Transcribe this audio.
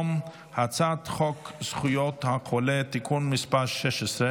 אני קובע כי הצעת חוק לתיקון ולהארכת תוקפן של תקנות שעת חירום